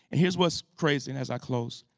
here's what's crazy, and as i close,